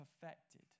perfected